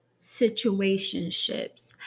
situationships